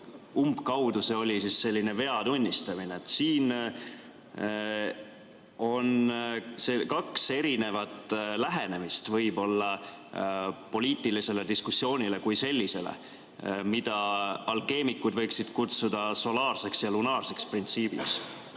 umbkaudu, et see oli vea tunnistamine. On kaks erinevat lähenemist poliitilisele diskussioonile kui sellisele, mida alkeemikud võiksid kutsuda solaarseks ja lunaarseks printsiibiks.